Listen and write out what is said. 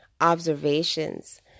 observations